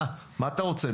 מה אתה רוצה?